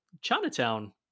Chinatown